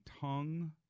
tongue